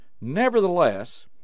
Nevertheless